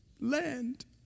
land